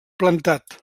plantat